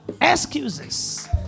Excuses